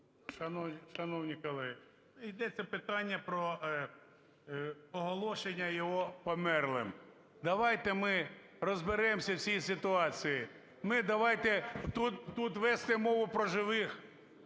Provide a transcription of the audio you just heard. Шановні колеги, йдеться питання про оголошення його померлим. Давайте ми розберемося в цій ситуації. Ми, давайте тут вести мову про живих,